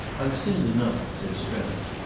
i've sinned enough, said strether.